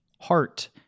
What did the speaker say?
Heart